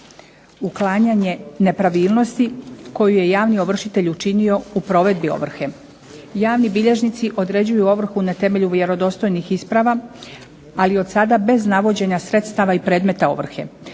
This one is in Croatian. uklanjanje nepravilnosti koju je javni ovršitelj učinio u provedbi ovrhe. Javni bilježnici određuju ovrhu na temelju vjerodostojnih isprava, ali od sada bez navođenja sredstava i predmeta ovrhe.